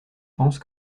pensent